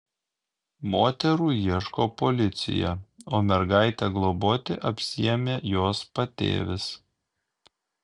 moterų ieško policija o mergaitę globoti apsiėmė jos patėvis